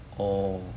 oh